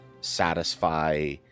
satisfy